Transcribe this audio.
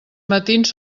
matins